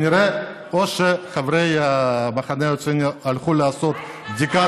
או שחברי המחנה הציוני הלכו לעשות בדיקת